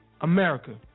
America